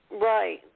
Right